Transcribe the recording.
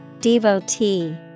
Devotee